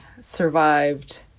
survived